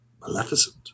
Maleficent